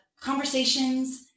conversations